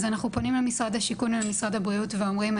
אז אנחנו פונים למשרד השיכון או למשרד הבריאות ואומרים,